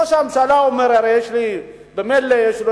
ראש הממשלה אומר: הרי יש לי, ממילא יש לו